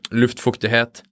luftfuktighet